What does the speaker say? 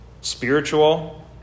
spiritual